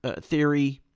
theory